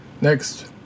Next